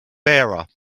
bearer